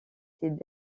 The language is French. ces